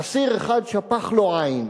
אסיר אחד שפך לו עין,